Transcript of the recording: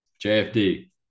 JFD